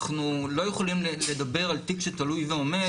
אנחנו לא יכולים לדבר על תיק שתלוי ועומד.